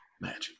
magic